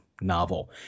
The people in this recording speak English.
novel